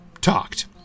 talked